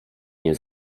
nie